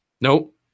Nope